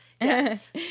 Yes